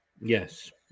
Yes